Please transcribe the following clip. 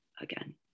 again